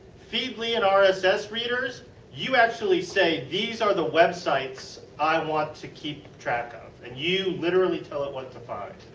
feedly and ah so rss readers you actually say these are the websites i want to keep track of. and you literally tell it what to find.